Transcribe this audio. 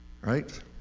right